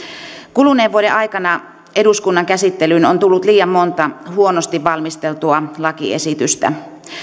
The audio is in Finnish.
kuluneen vuoden aikana eduskunnan käsittelyyn on tullut liian monta huonosti valmisteltua lakiesitystä